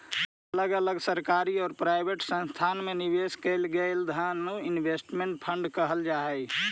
अलग अलग सरकारी औउर प्राइवेट संस्थान में निवेश कईल गेलई धन के इन्वेस्टमेंट फंड कहल जा हई